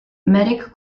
medic